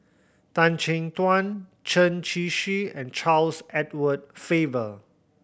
Tan Chin Tuan Chen Shiji and Charles Edward Faber